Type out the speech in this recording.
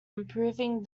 improving